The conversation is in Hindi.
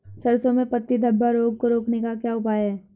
सरसों में पत्ती धब्बा रोग को रोकने का क्या उपाय है?